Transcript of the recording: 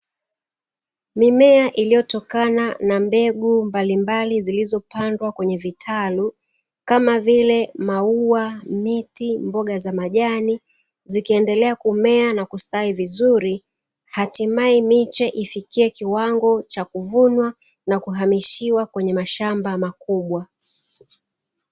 Mimea inayotokana na mbegu mbalimbali zilizopandwa kwenye vitalu, kama vile: maua, miti, mboga za majani, zikiendelea kumea na kustawi vizuri, hatimaye miche ifikie kiwango cha kuvunwa na kuhamishiwa kwenye mashamba makubwa.